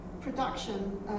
production